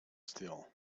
still